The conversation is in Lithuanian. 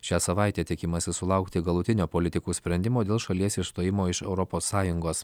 šią savaitę tikimasi sulaukti galutinio politikų sprendimo dėl šalies išstojimo iš europos sąjungos